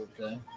Okay